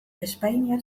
espainiar